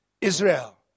Israel